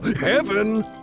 Heaven